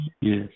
yes